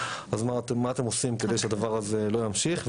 מה אתם עושים כדי שהדבר הזה לא ימשיך,